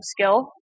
skill